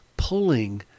pulling